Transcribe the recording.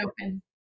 open